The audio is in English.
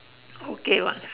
okay lah